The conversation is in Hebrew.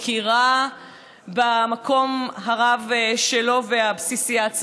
מכירה במקום הרב והבסיסי שלו.